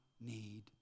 need